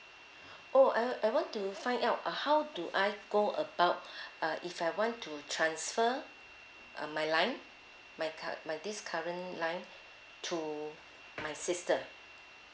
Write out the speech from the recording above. oh I l want to find out uh how do I go about uh if I want to transfer uh my line my cur~ my this current line to my sister